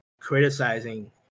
criticizing